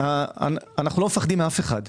אנו לא פוחדים מאף אחד.